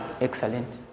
Excellent